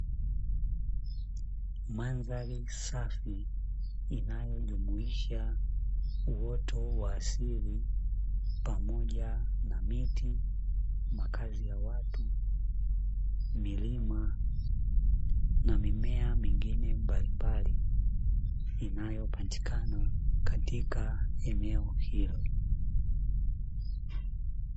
Mandhari safi, inayo jumisha uoto wa asili, pamoja na; miti, makazi ya watu, milima na mimea mingine mbalimbali, inayopatikana katika eneo hilo.